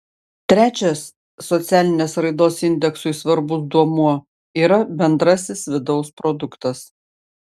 trečias socialinės raidos indeksui svarbus duomuo yra bendrasis vidaus produktas